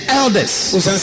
elders